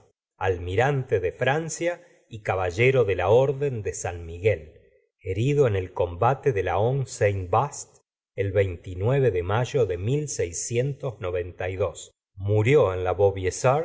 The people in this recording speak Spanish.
almirante de francia y caballero de la orden de san miguel herido en el combate de la honguesaint vaast el de mayo de murió en la